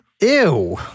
ew